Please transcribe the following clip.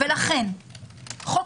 לכן חוק